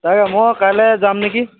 তাকে মই কাইলৈ যাম নেকি